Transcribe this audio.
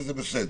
וזה בסדר,